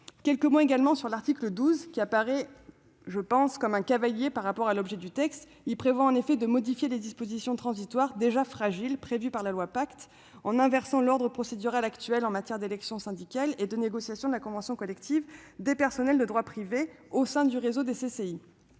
situation de grand risque. L'article 12 apparaît comme un cavalier eu égard à l'objet du texte : cet article prévoit en effet de modifier des dispositions transitoires, déjà fragiles, prévues dans la loi Pacte, en inversant l'ordre procédural actuel en matière d'élections syndicales et de négociation de la convention collective des personnels de droit privé au sein du réseau des CCI